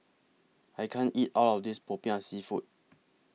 I can't eat All of This Popiah Seafood